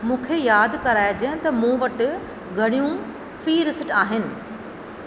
मूंखे यादि कराइजांइ त मूं वटि घणियूं फी रिसिट आहिनि